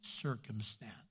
circumstance